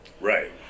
Right